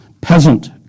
peasant